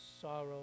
sorrow